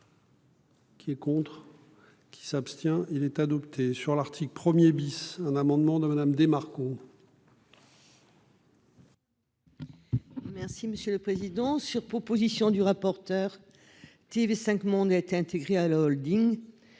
Qui est contre. Qui s'abstient il est adopté sur l'article 1er bis, un amendement de Madame DeMarco.